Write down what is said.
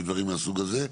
ודברים מהסוג הזה.